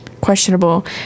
questionable